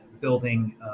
building